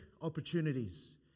opportunities